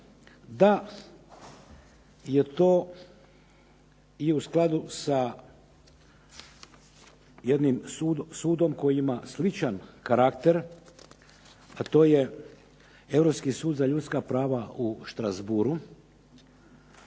da je to i u skladu sa jednim sudom koji ima sličan karakter a to je Europski sud za ljudska prava u Strasbourghu,